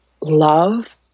love